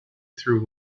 through